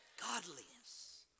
Godliness